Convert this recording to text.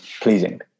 pleasing